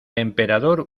emperador